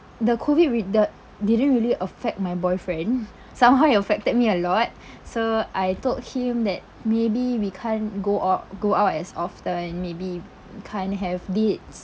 the COVID with the didn't really affect my boyfriend somehow it affected me a lot so I told him that maybe we can't go out go out as often maybe can't have dates